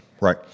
right